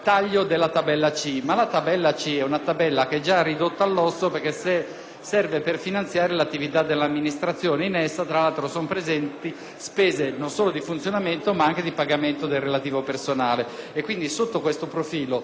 serve a finanziare l'attività dell'amministrazione; in essa, tra l'altro, sono presenti spese non solo per il funzionamento, ma anche per il pagamento del relativo personale. Sotto questo profilo, pertanto, utilizzare a copertura la tabella C significa sostanzialmente